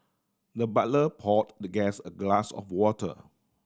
the butler poured the guest a glass of water